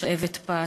שלהבת פס,